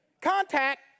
Contact